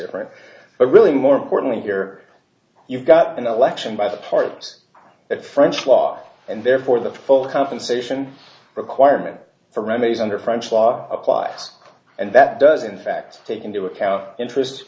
different but really more importantly here you've got an election by the part that french law and therefore the full compensation requirement for remedies under french law applies and that does in fact take into account interest